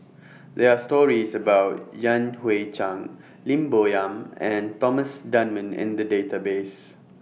There Are stories about Yan Hui Chang Lim Bo Yam and Thomas Dunman in The Database